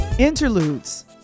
Interludes